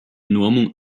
normung